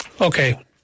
Okay